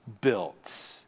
built